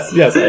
yes